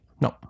No